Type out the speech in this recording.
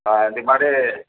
இப்போ அதேமாதிரி